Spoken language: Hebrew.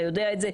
אתה יודע את זה.